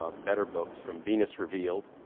ah better books from venus revealed,